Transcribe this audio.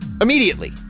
immediately